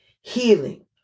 healing